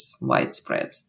widespread